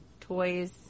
toys